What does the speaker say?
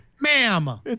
ma'am